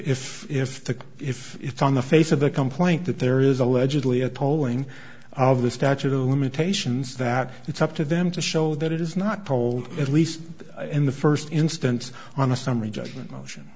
if if the if if on the face of the complaint that there is allegedly a polling of the statute of limitations that it's up to them to show that it is not polled at least in the first instance on a summary judgment motion